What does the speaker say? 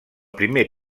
primer